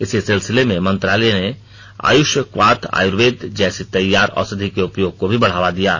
इसी सिलसिले में मंत्रालय ने आयुषक्वाथ आयुर्वेद जैसी तैयार औषधि के उपयोग को भी बढ़ावा दिया है